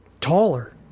Taller